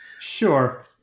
sure